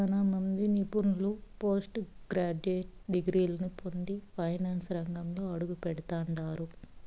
సేనా మంది నిపుణులు పోస్టు గ్రాడ్యుయేట్ డిగ్రీలని పొంది ఫైనాన్సు రంగంలో అడుగుపెడతండారు